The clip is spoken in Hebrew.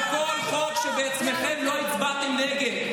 על כל חוק שבעצמכם לא הצבעתם נגד.